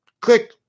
click